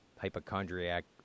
hypochondriac